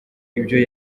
ibyo